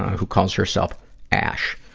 who calls herself ash.